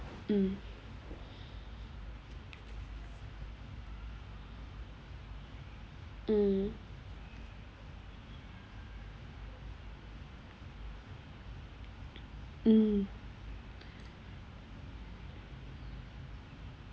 mm mm mm